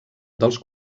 dels